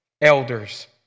elders